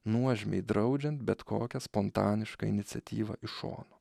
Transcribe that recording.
nuožmiai draudžiant bet kokią spontanišką iniciatyvą iš šono